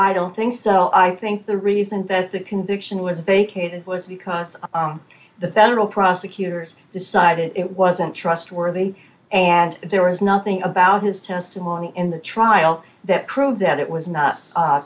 i don't think so i think the reason that the conviction was vacated was because the federal prosecutors decided it wasn't trustworthy and there was nothing about his testimony in the trial that crow that it was n